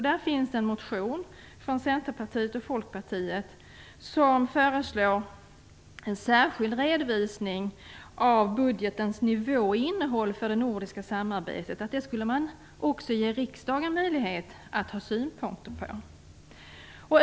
Där finns en motion från Centerpartiet och Folkpartiet som föreslår en särskild redovisning av budgetens nivå och innehåll för det nordiska samarbetet, vilken också riksdagen skulle ges möjlighet att ha synpunkter på.